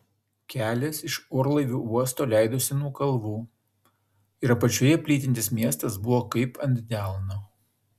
kelias iš orlaivių uosto leidosi nuo kalvų ir apačioje plytintis miestas buvo kaip ant delno